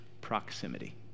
proximity